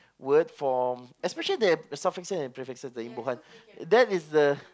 word from especially the suffixes and prefixes the imbuhan that is the